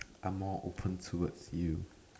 I'm more open towards you